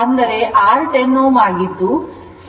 1 I 2 ಆಗಿತ್ತು